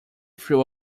threw